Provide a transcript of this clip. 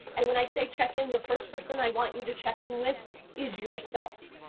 and when i say check in the first person i want you to check in with is yourself.